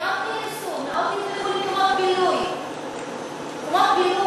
לוועדת הפנים והגנת